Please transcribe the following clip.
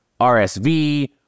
RSV